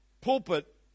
pulpit